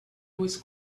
was